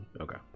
okay